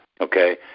Okay